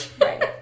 Right